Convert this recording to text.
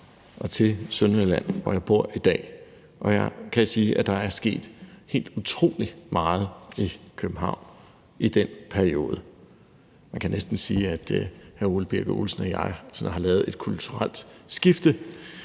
og til Sønderjylland, hvor jeg bor i dag, og jeg kan sige, at der er sket helt utrolig meget i København i den periode. Man kan næsten sige, at hr. Ole Birk Olesen og jeg sådan har lavet et kulturelt skifte.